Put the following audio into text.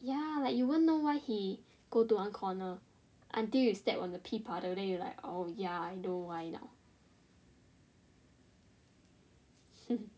ya like you won't know why he go to one corner until you step on the pee puddle then you like oh ya I know why now